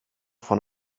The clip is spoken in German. von